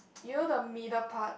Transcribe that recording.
you know the middle part